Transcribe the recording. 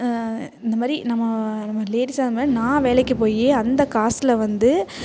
இந்தமாதிரி நம்ம லேடிஸாக இருந்தாலும் நான் வேலைக்கு போய் அந்த காசில் வந்து